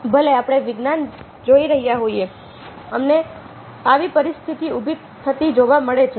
ભલે આપણે વિજ્ઞાન જોઈ રહ્યા હોઈએ અમને આવી પરિસ્થિતિ ઊભી થતી જોવા મળે છે